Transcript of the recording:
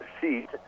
seat